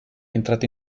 entrato